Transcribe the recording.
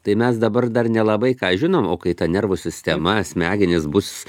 tai mes dabar dar nelabai ką žinom o kai ta nervų sistema smegenys bus